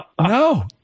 No